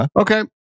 Okay